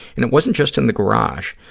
and it wasn't just in the garage.